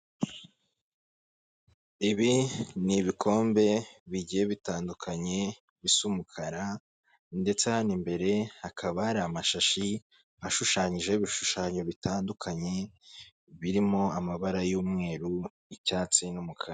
Ibi ni ibikombe bigiye bitandukanye bisa umukara ndetse imbere hakaba hari amashashi ashushanyijeho ibishushanyo bitandukanye, birimo amabara y'umweru, icyatsi n'umukara.